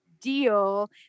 deal